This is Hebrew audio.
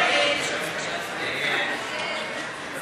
ההסתייגות (33) של קבוצת סיעת המחנה הציוני לסעיף 1 לא